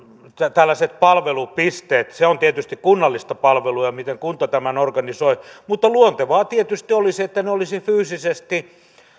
tällaiset palvelupisteet se on tietysti kunnallista palvelua miten kunta tämän organisoi mutta luontevaa tietysti olisi että ne olisivat fyysisesti